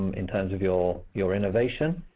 in terms of your your innovation,